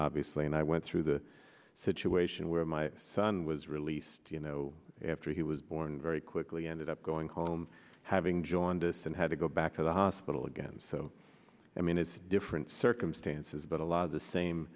obviously and i went through the situation where my son was released you know after he was born very quickly ended up going home having joined us and had to go back to the hospital again so i mean it's different circumstances but a lot of the same